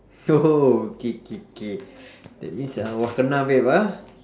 oh K K K that means ah wa kena babe ah